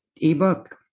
ebook